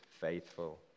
faithful